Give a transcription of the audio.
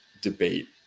debate